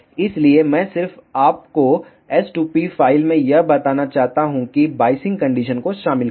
इसलिए मैं सिर्फ आपको s2p फ़ाइल में यह बताना चाहता हूं कि बाइसिंग कंडीशन को शामिल करें